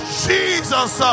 jesus